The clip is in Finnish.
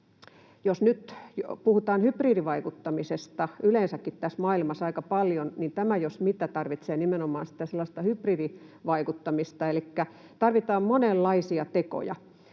Jos nyt puhutaan hybridivaikuttamisesta yleensäkin tässä maailmassa aika paljon, niin tämä jos mikä tarvitsee nimenomaan sitä sellaista hybridivaikuttamista, elikkä tarvitaan monenlaisia tekoja.